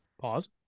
Pause